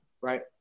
Right